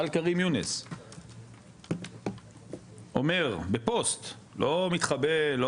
אל כרים יונס אומר בפוסט לא מתחבא לא